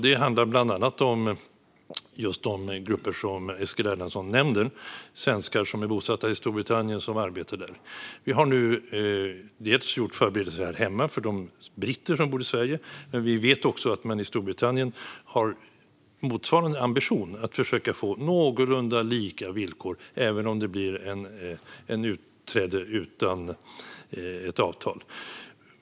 Det handlar bland annat om just de grupper som Eskil Erlandsson nämner, svenskar som är bosatta i och arbetar i Storbritannien. Vi har nu gjort förberedelser här hemma för de britter som bor i Sverige. Vi vet också att man i Storbritannien har motsvarande ambition att försöka få någorlunda lika villkor även om det blir ett utträde utan något avtal.